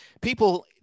people